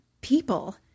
people